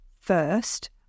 first